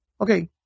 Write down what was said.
Okay